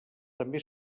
també